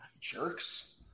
Jerks